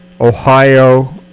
Ohio